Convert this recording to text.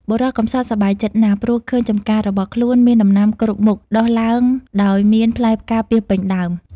បុរសកំសត់សប្បាយចិត្ត ណាស់ ព្រោះឃើញចំការរបស់ខ្លួន មានដំណាំគ្រប់មុខ ដុះឡើងដោយមានផ្លែផ្កាពាសពេញដើម ។